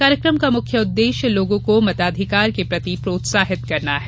कार्यक्रम का मुख्य उद्वेश्य लोगों को मताधिकार के प्रति प्रोत्साहित करना है